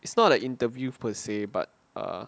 it's not the interview per se but err